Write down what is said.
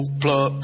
plug